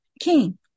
King